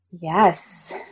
Yes